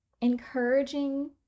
encouraging